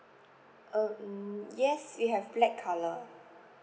um yes we have black colour